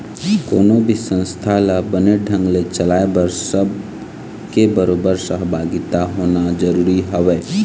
कोनो भी संस्था ल बने ढंग ने चलाय बर सब के बरोबर सहभागिता होना जरुरी हवय